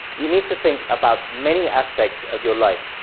you need to think about many aspects of your life,